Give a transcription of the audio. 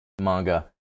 manga